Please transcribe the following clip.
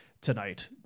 tonight